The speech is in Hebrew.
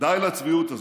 די לצביעות הזו.